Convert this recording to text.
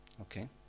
Okay